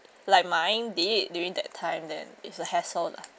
like mine did during that time then it's a hassle lah